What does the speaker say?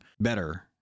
better